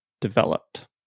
developed